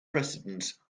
precedence